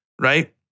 right